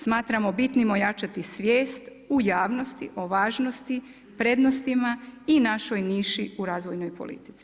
Smatramo bitnim ojačati svijest u javnosti o važnosti, prednostima i našoj niši u razvojnoj politici.